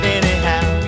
anyhow